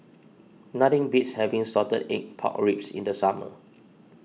nothing beats having Salted Egg Pork Ribs in the summer